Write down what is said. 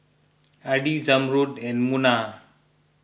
Adi Zamrud and Munah